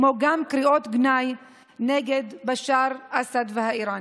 כמו גם קריאות גנאי נגד בשאר אסד והאיראנים.